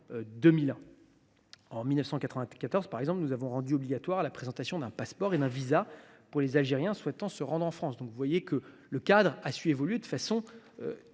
En 1994, par exemple, nous avons rendu obligatoire la présentation d’un passeport et d’un visa pour les Algériens souhaitant se rendre en France. Vous le voyez, on a donc su faire évoluer de façon